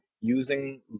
using